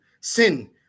Sin